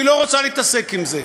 היא לא רוצה להתעסק עם זה.